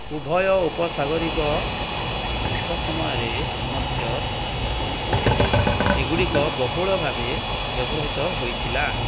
ଉଭୟ ଉପସାଗରୀକ ଯୁଦ୍ଧ ସମୟରେ ମଧ୍ୟ ଏଗୁଡ଼ିକ ବହୁଳ ଭାବେ ବ୍ୟବହୃତ ହେଇଥିଲା